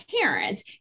parents